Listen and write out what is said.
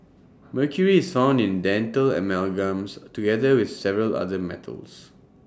mercury is found in dental amalgams together with several other metals